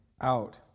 out